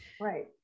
Right